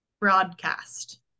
broadcast